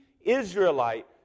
Israelite